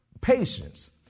patience